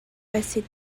placés